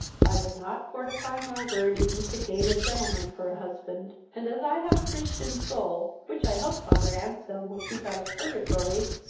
i would not fortify my word even to gain a gentleman for a husband and, as i have a christian soul, which i hope father anselm will keep out of purgatory,